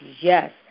Yes